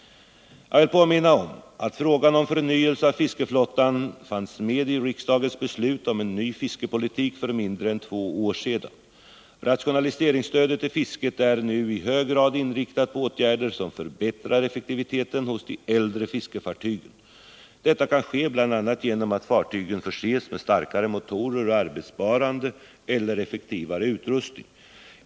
Jag vill påminna om att frågan om förnyelse av fiskeflottan fanns med i riksdagens beslut om en ny fiskepolitik för mindre än två år sedan. Rationaliseringsstödet till fisket är nu i hög grad inriktat på åtgärder som förbättrar effektiviteten hos de äldre fiskefartygen. Detta kan ske bl.a. genom att fartygen förses med starkare motorer och arbetsbesparande eller effektivare utrustning.